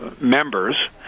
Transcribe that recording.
members